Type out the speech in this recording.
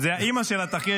זה האימא של התחקיר.